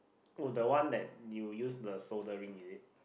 oh that one that you use the shouldering is it